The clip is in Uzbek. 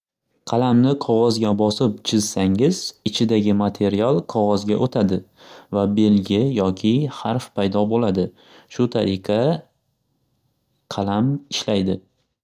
Qalamni qog'ozga bosib chizsangiz ichidagi material qog'ozga o'tadi va belgi yoki xarf paydo bo'ladi. Shu tariqa qalam ishlaydi.